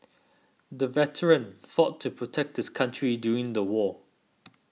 the veteran fought to protect his country during the war